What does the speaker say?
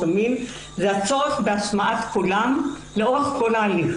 המין ההמלצה הבאה נוגעת לצורך בהשמעת קולם לאורך כל ההליך.